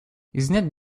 isn’t